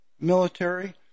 military